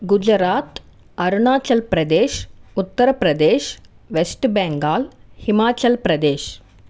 Gujarat Arunachal Pradesh Uttar Pradesh West Bengal Himachal Pradesh